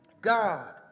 God